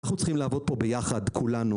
אנחנו צריכים לעבוד פה ביחד כולנו.